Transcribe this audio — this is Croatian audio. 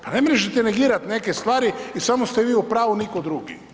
Pa ne možete negirati neke stvari i samo ste vi u pravu, nitko drugi.